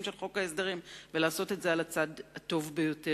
של חוק ההסדרים ולעשות את זה על הצד הטוב ביותר.